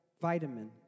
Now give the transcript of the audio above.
vitamin